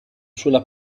sulla